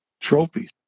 trophies